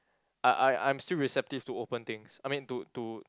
I I I'm still receptive to open things I mean to to